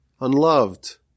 unloved